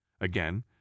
again